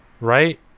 right